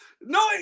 no